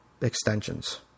extensions